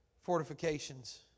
fortifications